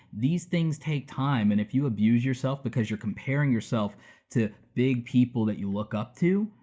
these things take time, and if you abuse yourself because you're comparing yourself to big people that you look up to,